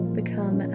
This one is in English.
Become